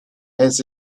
has